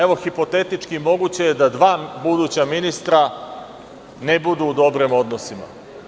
Evo, hipotetički moguće je da dva buduća ministra ne budu u dobrim odnosima.